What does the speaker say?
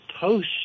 post